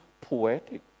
poetic